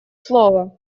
слово